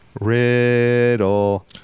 Riddle